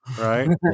Right